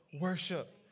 worship